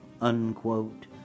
unquote